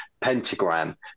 pentagram